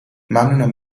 ممنونم